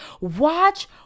watch